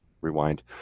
rewind